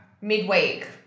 midweek